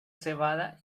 cebada